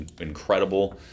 incredible